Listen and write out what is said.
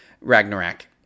Ragnarok